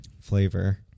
flavor